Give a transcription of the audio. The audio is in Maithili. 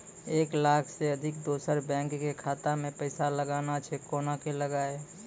एक लाख से अधिक दोसर बैंक के खाता मे पैसा लगाना छै कोना के लगाए?